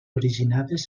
originades